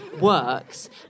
works